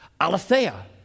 Aletheia